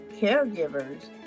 caregivers